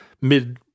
mid